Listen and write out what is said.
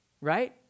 Right